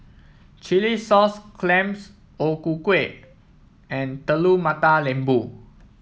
Chilli Sauce Clams O Ku Kueh and Telur Mata Lembu